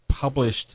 published